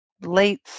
late